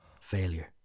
Failure